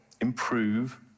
improve